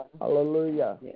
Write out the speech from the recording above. Hallelujah